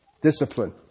Discipline